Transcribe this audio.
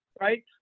right